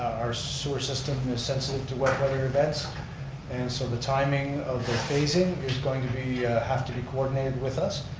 our sewer system and is sensitive to weather events and so the timing of their phasing is going to have to be coordinated with us